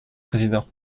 président